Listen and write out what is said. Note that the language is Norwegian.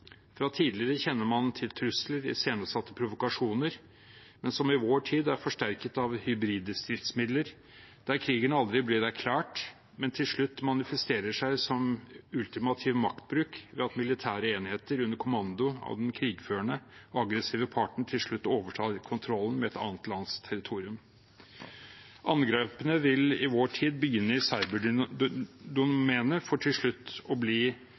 Fra tidligere kjenner man til trusler, iscenesatte provokasjoner, som i vår tid er forsterket av hybride stridsmidler, der krigen aldri ble erklært, men til slutt manifesterer seg som ultimativ maktbruk ved at militære enheter under kommando av den krigførende, aggressive parten til slutt overtar kontrollen med et annet lands territorium. Angrepene vil i vår tid begynne i cyberdomenet for til slutt å bli